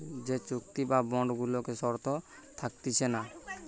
যে চুক্তি বা বন্ড গুলাতে শর্ত থাকতিছে না